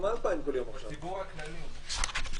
מהתקש"חים הקודמים וכו',